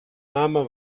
name